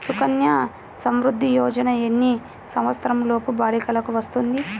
సుకన్య సంవృధ్ది యోజన ఎన్ని సంవత్సరంలోపు బాలికలకు వస్తుంది?